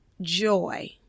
joy